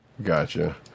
Gotcha